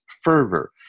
fervor